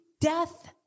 death